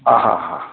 हा हा हा